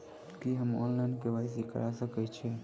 की हम online, KYC करा सकैत छी?